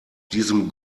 diesem